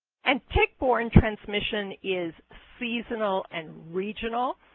and tick-borne transmission is seasonal and regional.